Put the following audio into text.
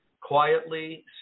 quietly